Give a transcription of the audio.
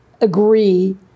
agree